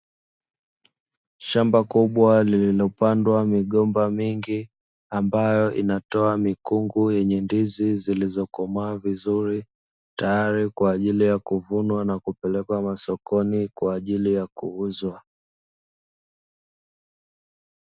Shamba kubwa lililopandwa migomba mingi ambayo inatoa mikungu ya ndizi zilizokomaa vizuri, tayari kwa ajili ya kuvunwa na kupelekwa masokoni kwa ajili ya kuuzwa.